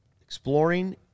Exploring